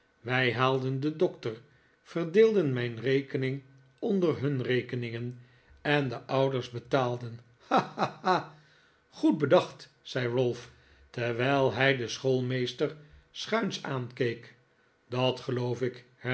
wij haalden den dokter verdeelden mijn rekening onder hun rekeningen en de ouders betaalden ha ha ha goed bedacht zei ralph terwijl hij den schoolmeester schuins aankeek dat geloof ik